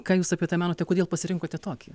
ką jūs apie tai manote kodėl pasirinkote tokį